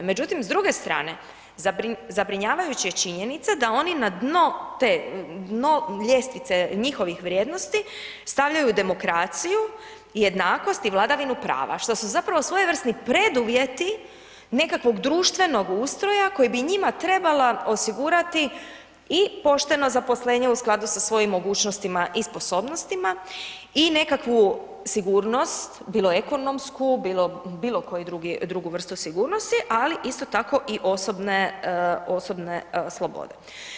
Međutim, s druge strane, zabrinjavajuća je činjenica, da oni na dno te ljestvice njihovih vrijednosti, stavljaju demokraciju, jednakost i vladavinu prava, što su zapravo svojevrsni preduvjeti, nekakvog društvenog ustroja, koje bi njima trebala osigurati i pošteno zaposlenje u skladu sa svojim mogućnostima i sposobnostima i nekakvu sigurnost, bilo ekonomsku bilo bilo koju drugu vrstu sigurnosti, ali isto tako i osobne slobode.